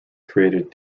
created